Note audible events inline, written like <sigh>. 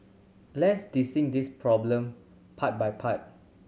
let's <unintelligible> this problem part by part